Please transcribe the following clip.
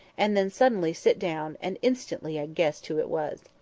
and then suddenly sit down and instantly i guessed who it was.